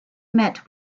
met